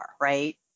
right